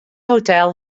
hotel